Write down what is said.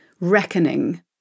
reckoning